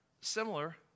Similar